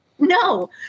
No